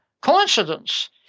Coincidence